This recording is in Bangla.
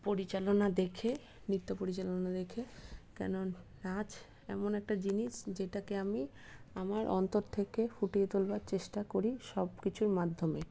পরিচালনা দেখে নৃত্য পরিচালনা দেখে কেন নাচ এমন একটা জিনিস যেটাকে আমি আমার অন্তর থেকে ফুটিয়ে তোলবার চেষ্টা করি সব কিছুর মাধ্যমে